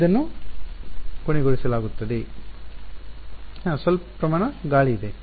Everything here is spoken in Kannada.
ವಿದ್ಯಾರ್ಥಿ ಇದನ್ನು ಕೊನೆಗೊಳಿಸಲಾಗುತ್ತದೆ ಸ್ವಲ್ಪ ಪ್ರಮಾಣದ ಗಾಳಿ ಇದೆ